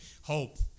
hope